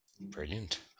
Brilliant